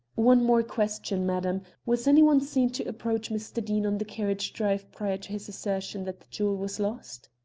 one more question, madam. was any one seen to approach mr. deane on the carriage-drive prior to his assertion that the jewel was lost?